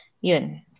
yun